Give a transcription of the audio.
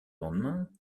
lendemain